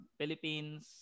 Philippines